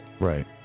Right